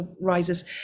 rises